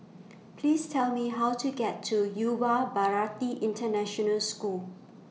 Please Tell Me How to get to Yuva Bharati International School